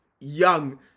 young